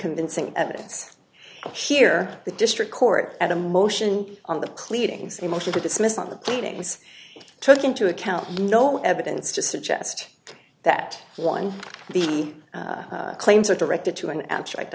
convincing evidence here the district court at a motion on the clearings a motion to dismiss on the paintings took into account no evidence to suggest that one these claims are directed to an abstract